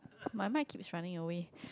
my mic keeps running away